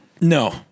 No